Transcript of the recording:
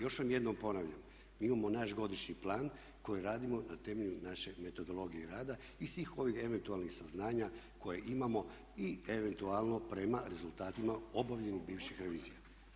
Još vam jednom ponavljam, mi imamo naš godišnji plan koji radimo na temelju naše metodologije rada i svih ovih eventualnih saznanja koje imamo i eventualno prema rezultatima obavljenih bivših revizija.